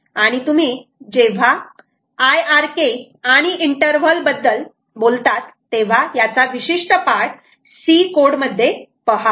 आणि तुम्ही जेव्हा IRK आणि इंटरव्हल बद्दल बोलतात तेव्हा याचा विशिष्ट पार्ट सी कोड मध्ये पहा